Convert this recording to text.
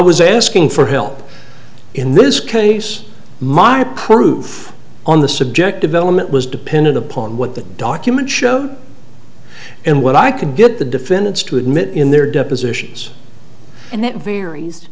was asking for help in this case mark proof on the subject development was dependent upon what the documents show and what i could get the defendants to admit in their depositions and it varies